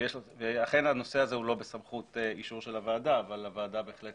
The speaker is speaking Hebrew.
אכן הנושא הזה הוא לא בסמכות אישור של הוועדה אבל הוועדה בהחלט